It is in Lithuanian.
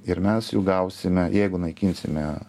ir mes jų gausime jeigu naikinsime